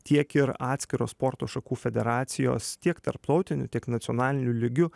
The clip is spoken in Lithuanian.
tiek ir atskiros sporto šakų federacijos tiek tarptautiniu tiek nacionaliniu lygiu